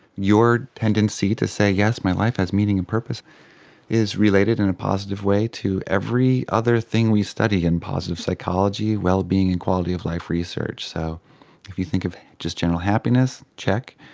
your tendency to say, yes, my life has meaning and purpose' is related in a positive way to every other thing we study in positive psychology, well-being and quality of life research. so if we think of just general happiness, check,